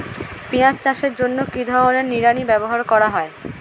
পিঁয়াজ চাষের জন্য কি ধরনের নিড়ানি ব্যবহার করা হয়?